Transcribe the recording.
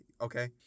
okay